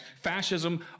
fascism